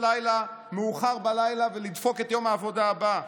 לילה מאוחר בלילה ולדפוק את יום העבודה הבא,